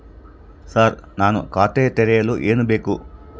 Sir ನಾನು ಖಾತೆ ತೆರೆಯಲು ಏನು ಬೇಕು?